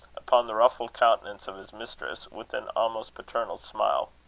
upon the ruffled countenance of his mistress, with an almost paternal smile.